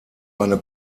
eine